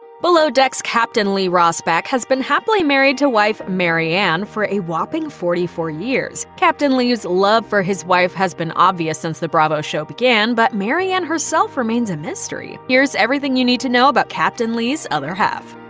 below deck's captain lee rosbach has been happily married to wife mary anne for a whopping forty four years. captain lee's love for his wife has been obvious since the bravo show began, but mary anne herself remains a mystery. here's everything you need to know about captain lee's other half.